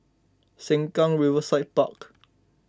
Sengkang Riverside Park